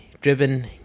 driven